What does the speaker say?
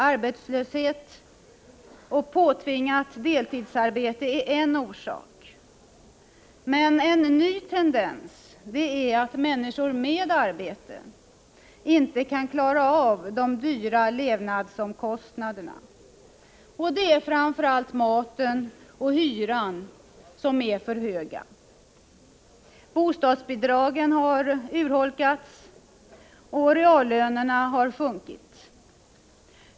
Arbetslöshet och påtvingat deltidsarbete är en orsak, men en ny tendens är att människor med arbete inte kan klara av de dyra levnadsomkostnaderna. Det är framför allt maten och hyran som kostar för mycket. Bostadsbidraget har urholkats, och reallönerna har sjunkit.